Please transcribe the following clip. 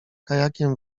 kajakiem